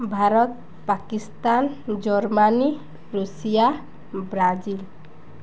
Bharat Pakistan Germany Russia Brazil